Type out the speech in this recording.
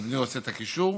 אדוני רוצה את הקישור?